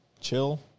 chill